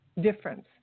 difference